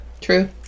True